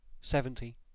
seventy